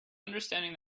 understanding